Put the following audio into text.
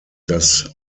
dass